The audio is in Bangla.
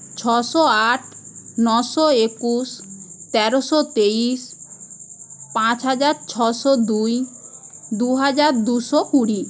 ছশো আট নশো একুশ তেরশো তেইশ পাঁচ হাজার ছশো দুই দুহাজার দুশো কুড়ি